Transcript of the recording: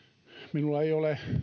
minulla ei ole